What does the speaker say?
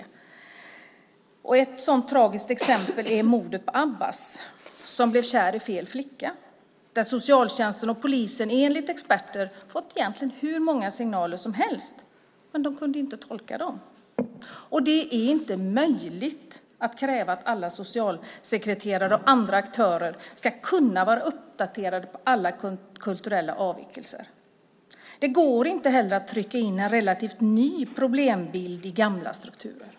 Ett tragiskt exempel är mordet på Abbas som blev kär i fel flicka. Socialtjänsten och polisen har egentligen, enligt experter, fått hur många signaler som helst. Men de kunde inte tolka signalerna. Det är inte möjligt att kräva att alla socialsekreterare och andra aktörer kan och är uppdaterade på alla kulturella avvikelser. Inte heller går det att i gamla strukturer trycka in en relativt ny problembild.